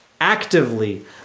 actively